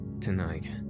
Tonight